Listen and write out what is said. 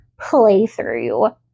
playthrough